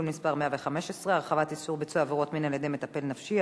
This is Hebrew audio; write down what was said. מס' 115) (הרחבת איסור ביצוע עבירות מין על-ידי מטפל נפשי),